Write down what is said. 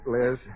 Liz